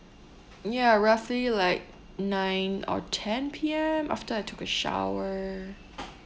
ya roughly like nine or ten P_M after I took a shower